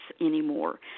anymore